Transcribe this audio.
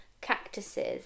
cactuses